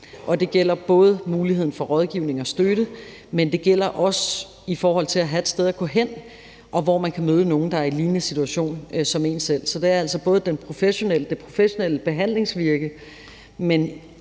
forhold til muligheden for rådgivning og støtte, men også i forhold til at have et sted at gå hen, hvor man kan møde nogen, der er i en situation, som ligner ens egen. Så det er altså både det professionelle behandlingsvirke og